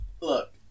look